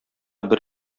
бер